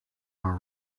our